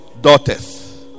daughters